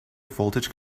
voltage